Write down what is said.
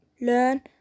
learn